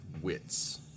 wits